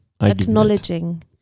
acknowledging